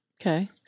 Okay